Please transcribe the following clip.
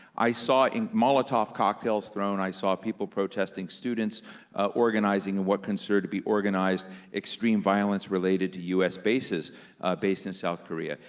i saw molotov cocktails thrown. i saw people protesting, students organizing what considered to be organized extreme violence related to u s. bases based in south korea,